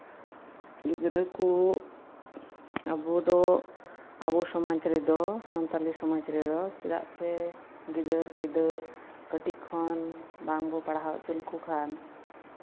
ᱜᱤᱫᱽᱨᱟᱹ ᱠᱚ ᱟᱵᱚ ᱫᱚ ᱟᱵᱚ ᱥᱚᱢᱟᱡ ᱨᱮᱫᱚ ᱥᱟᱱᱛᱟᱞᱤ ᱥᱚᱢᱟᱡ ᱨᱮᱫᱚ ᱪᱮᱫᱟᱜ ᱥᱮ ᱠᱟᱹᱴᱤᱡ ᱠᱷᱚᱱ ᱵᱟᱝᱵᱚᱱ ᱯᱟᱲᱦᱟᱣ ᱞᱮᱱᱠᱷᱟᱱ